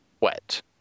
wet